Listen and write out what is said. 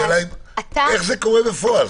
איך זה קורה בפועל?